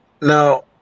Now